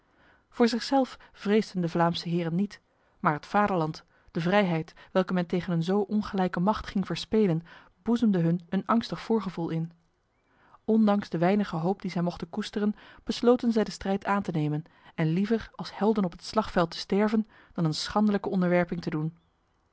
voor zichzelf vreesden de vlaamse heren niet maar het vaderland de vrijheid welke men tegen een zo ongelijke macht ging verspelen boezemde hun een angstig voorgevoel in ondanks de weinige hoop die zij mochten koesteren besloten zij de strijd aan te nemen en liever als helden op het slagveld te sterven dan een schandelijke onderwerping te doen